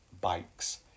bikes